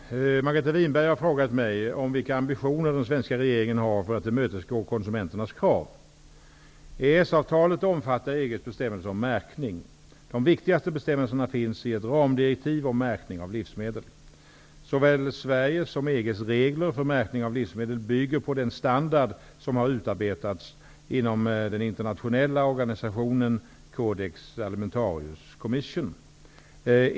Herr talman! Margareta Winberg har frågat mig om vilka ambitioner den svenska regeringen har för att tillmötesgå konsumenternas krav. EES-avtalet omfattar EG:s bestämmelser om märkning. De viktigaste bestämmelserna finns i ett ramdirektiv om märkning av livsmedel. Såväl Sveriges som EG:s regler för märkning av livsmedel bygger på den standard som har utarbetats inom den internationella organisationen Codex Alimentarius Commission.